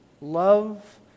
love